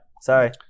sorry